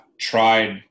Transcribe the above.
tried